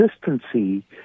consistency